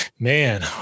Man